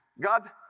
God